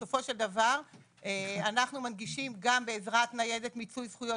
בסופו של דבר אנחנו מנגישים גם בעזרת ניידת מיצוי זכויות